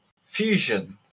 Fusion